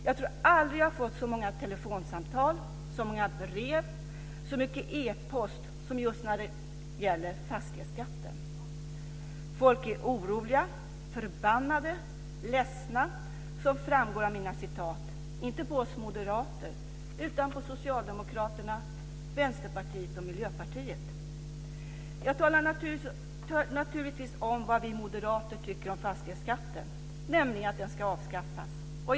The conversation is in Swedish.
Jag tror aldrig jag fått så många telefonsamtal, så många brev och så mycket e-post som just när det gäller fastighetsskatten. Folk är oroliga, förbannade och ledsna, såsom framgår av mina citat - inte på oss moderater utan på Socialdemokraterna, Vänsterpartiet och Miljöpartiet. Jag talar naturligtvis om vad vi moderater tycker om fastighetsskatten, nämligen att den ska avskaffas.